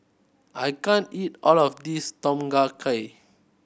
I can't eat all of this Tom Kha Gai